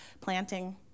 planting